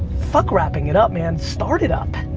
fuck wrapping it up, man. start it up.